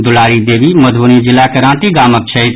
दुलारी देवी मधुवनीक जिलाक रांटी गामक छथि